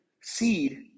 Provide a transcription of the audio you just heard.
seed